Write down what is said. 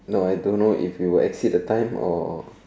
no I don't know if we will exceed the time or